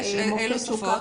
אילו שפות?